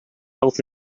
health